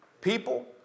people